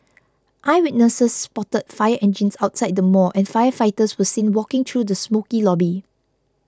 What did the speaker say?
eyewitnesses spotted fire engines outside the mall and firefighters were seen walking through the smokey lobby